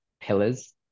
pillars